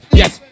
yes